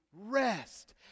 rest